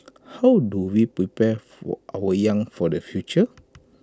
how do we prepare for our young for the future